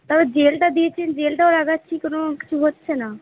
তারপর জেলটা দিয়েছেন জেলটাও লাগাচ্ছি কোনো কিছু হচ্ছে না